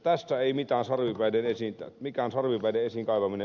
tässä ei mikään sarvipäiden esiin kaivaminen auta